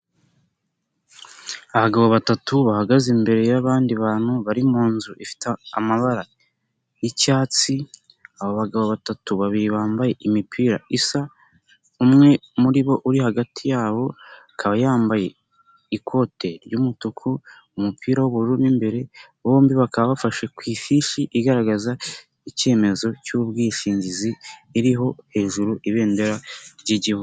Abagabo batatu bahagaze imbere y'abandi bantu bari munzu ifite amabara y'icyatsi, aba bagabo batatu babiri bambaye imipira isa, umwe muri bo uri hagati yabo akaba yambaye ikote ry'umutuku umupira w'ubururu mo imbere, bombi bakaba bafashe ku ifishi igaragaza icyemezo cy'ubwishingizi iriho hejuru ibendera ry'igihugu.